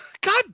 God